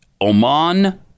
Oman